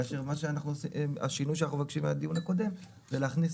כאשר השינוי שאנחנו מבקשים מהדיון הקודם זה להכניס